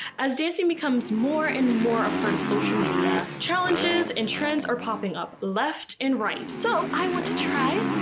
as dancing becomes more and more a part of social media, challenges and trends are popping up left and right. so i want to try